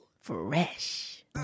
Fresh